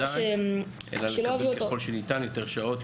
אלא לקבל ככל שניתן יותר שעות,